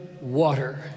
water